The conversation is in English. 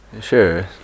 Sure